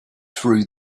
through